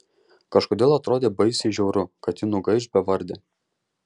kažkodėl atrodė baisiai žiauru kad ji nugaiš bevardė